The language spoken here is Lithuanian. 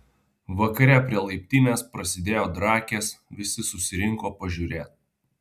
vakare prie laiptinės prasidėjo drakės visi susirinko pažiūrėt